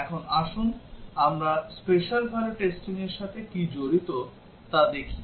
এখন আসুন আমরা স্পেশাল ভ্যালু টেস্টিংর সাথে কী জড়িত তা দেখি